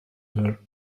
her